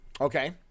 okay